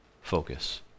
focus